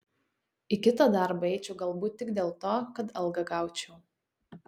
į kitą darbą eičiau galbūt tik dėl to kad algą gaučiau